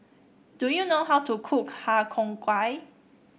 do you know how to cook Har Cheong Gai